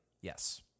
Yes